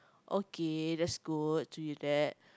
okay that's good to you that